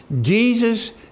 Jesus